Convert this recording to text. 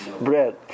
bread